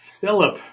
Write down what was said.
Philip